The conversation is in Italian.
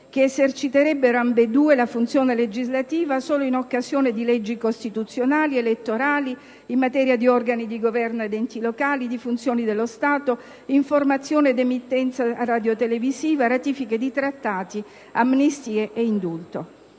che eserciterebbero ambedue la funzione legislativa solo in occasione di leggi costituzionali, elettorali, in materia di organi di governo ed enti locali, di funzioni dello Stato, di informazione ed emittenza radiotelevisiva, ratifica di trattati, amnistia e indulto.